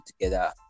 together